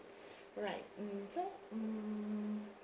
alright mm so mm